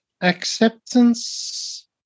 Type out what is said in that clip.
acceptance